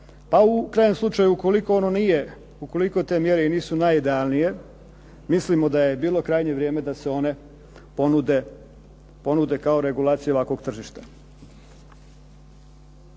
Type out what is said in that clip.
ukoliko ono nije, ukoliko te mjere i nisu najidealnije mislimo da je bilo krajnje vrijeme da se one ponude kao regulacija ovakvog tržišta.